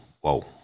Whoa